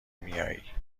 میائی